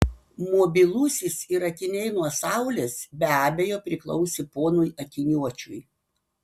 mobilusis ir akiniai nuo saulės be abejo priklausė ponui akiniuočiui